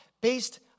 based